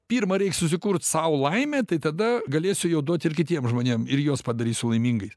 pirma reik susikurt sau laimę tai tada galėsiu jau duot ir kitiem žmonėm ir jos padarysiu laimingais